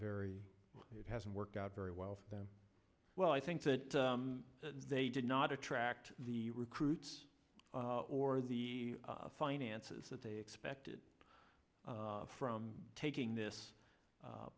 very it hasn't worked out very well for them well i think that they did not attract the recruits or the finances that they expected from taking this